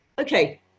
Okay